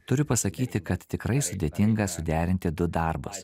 turiu pasakyti kad tikrai sudėtinga suderinti du darbus